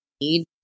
need